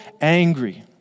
angry